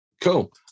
Cool